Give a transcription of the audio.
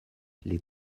les